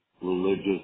religious